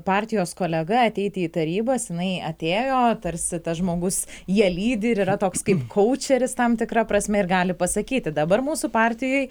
partijos kolega ateiti į tarybas jinai atėjo tarsi tas žmogus ją lydi ir yra toks kaip kaučeris tam tikra prasme ir gali pasakyti dabar mūsų partijai